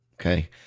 Okay